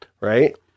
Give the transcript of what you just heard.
right